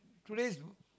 today's